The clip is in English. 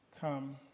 come